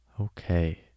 Okay